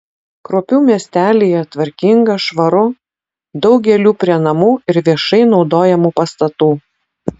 kruopių miestelyje tvarkinga švaru daug gėlių prie namų ir viešai naudojamų pastatų